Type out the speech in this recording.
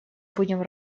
будем